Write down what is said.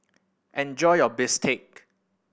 enjoy your bistake